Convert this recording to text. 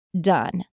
done